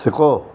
सिखो